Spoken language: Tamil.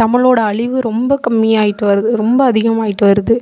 தமிழோட அழிவு ரொம்ப கம்மியாயிட்டு வருது ரொம்ப அதிகமாக ஆயிகிட்டு வருது